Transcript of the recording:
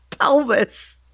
Pelvis